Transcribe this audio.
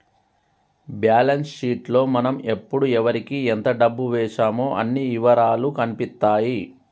balance sheet లో మనం ఎప్పుడు ఎవరికీ ఎంత డబ్బు వేశామో అన్ని ఇవరాలూ కనిపిత్తాయి